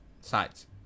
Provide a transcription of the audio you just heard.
sides